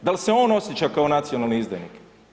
Dal se on osjeća kao nacionalni izdajnik?